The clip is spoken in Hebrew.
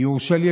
יורשה לי,